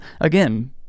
Again